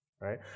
right